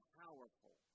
powerful